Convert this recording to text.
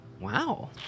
Wow